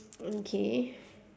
okay